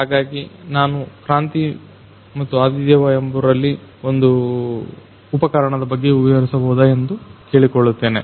ಹಾಗಾಗಿ ನಾನು ಕ್ರಾಂತಿ ಮುತ್ತು ಆದಿದೇವ ಅವರಲ್ಲಿ ಈ ಒಂದು ಉಪಕರಣದ ಬಗ್ಗೆ ವಿವರಿಸಬಹುದ ಎಂದು ಕೇಳಿಕೊಳ್ಳುತ್ತೇನೆ